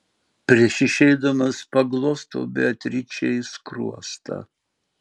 prieš išeidamas paglostau beatričei skruostą